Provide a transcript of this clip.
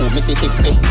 Mississippi